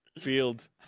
field